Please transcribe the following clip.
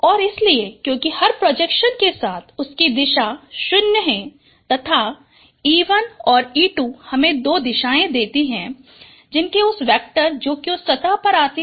और इसलिए क्योकि हर प्रोजेक्शन के साथ उसकी दिशा 0 है तथा e1 और e2 हमें दो दिशाएं देती हैं जिनकी उस वेक्टर जो कि उस सतह पर आती है